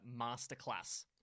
Masterclass